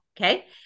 okay